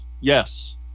Yes